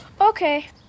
Okay